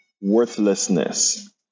worthlessness